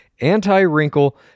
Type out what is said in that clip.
anti-wrinkle